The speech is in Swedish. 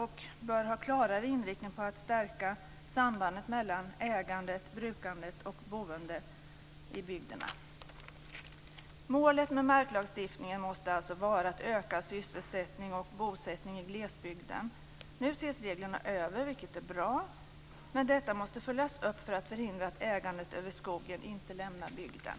Den bör ha klarare inriktning på att stärka sambandet mellan ägandet, brukandet och boendet i bygderna. Målet med marklagstiftningen måste vara att öka sysselsättning och bosättning i glesbygden. Nu ses reglerna över, vilket är bra. Men detta måste följas upp för att förhindra att ägandet över skogen lämnar bygden.